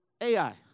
AI